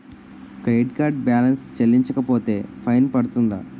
Credit card balance చెల్లించకపోతే fine పడ్తుంద?